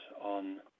on